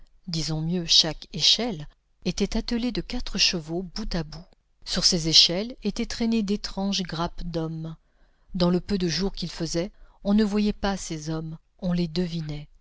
disons mieux chaque échelle était attelée de quatre chevaux bout à bout sur ces échelles étaient traînées d'étranges grappes d'hommes dans le peu de jour qu'il faisait on ne voyait pas ces hommes on les devinait